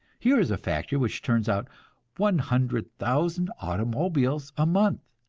here is a factory which turns out one hundred thousand automobiles a month.